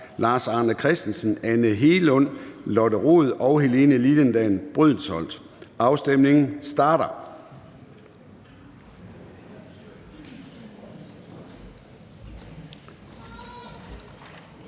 Lars Arne Christensen (M), Anne Hegelund (EL), Lotte Rod (RV) og Helene Liliendahl Brydensholt (ALT). Afstemningen starter.